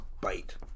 bite